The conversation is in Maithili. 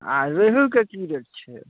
आओर रेहू के की रेट छै